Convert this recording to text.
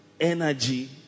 energy